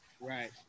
right